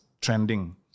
trending